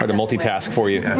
and multi-task for you.